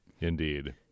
Indeed